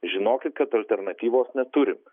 žinokit kad alternatyvos neturime